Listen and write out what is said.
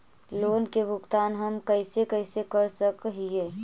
Loan के भुगतान हम कैसे कैसे कर सक हिय?